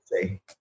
say